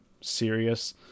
serious